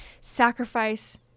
sacrifice